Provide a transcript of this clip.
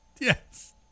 Yes